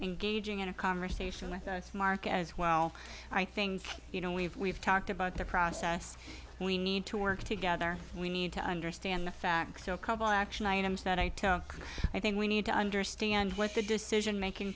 engaging in a conversation with mark as well i think you know we've we've talked about the process we need to work together we need to understand the facts so a couple action items that i think we need to understand what the decision making